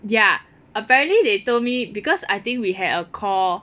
ya apparently they told me because I think we had a call